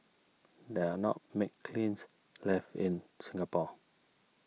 there are not many kilns left in Singapore